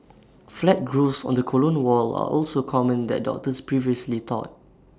flat growths on the colon wall are also common that doctors previously thought